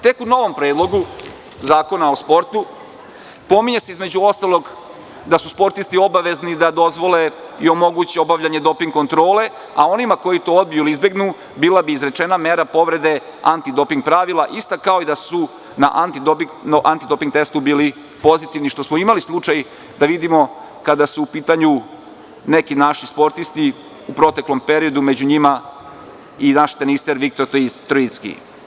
Tek u novom predlogu Zakona o sportu pominje se između ostalog da su sportisti obavezni da dozvole i omoguće obavljanje doping kontrole, a onima koji to dobiju ili izbegnu bila bi izrečena mera povrede antidoping pravila ista kao i da su na antidoping testu bili pozitivni, što smo imali slučaj da vidimo kada su u pitanju neki naši sportisti u proteklom periodu, među njima i naš teniser Viktor Trojicki.